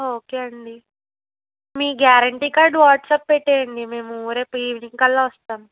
okay అండి మీ guarantee card WhatsApp పెట్టేయండి మేము రేపు ఈవినింగ్ కల్లా వస్తాం